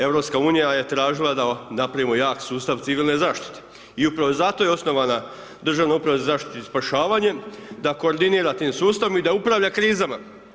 EU je tražila da napravimo jak sustav civilne zaštite i upravo je zato osnovana Državna uprava za zaštitu i spašavanje da koordinira tim sustavom i da upravlja krizama.